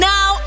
Now